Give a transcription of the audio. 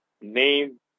name